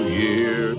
year